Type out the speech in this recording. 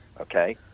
Okay